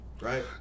Right